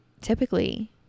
typically